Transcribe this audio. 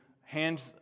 hands